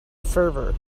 fervor